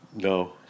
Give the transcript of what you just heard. No